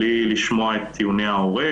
בלי לשמוע את טיעוני ההורה,